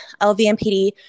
LVMPD